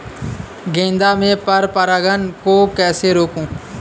गेंदा में पर परागन को कैसे रोकुं?